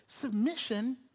Submission